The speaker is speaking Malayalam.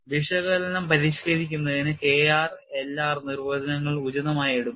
വിശകലനം പരിഷ്കരിക്കുന്നതിന് K r L r നിർവചനങ്ങൾ ഉചിതമായി എടുക്കുന്നു